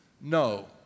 no